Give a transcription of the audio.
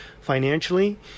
financially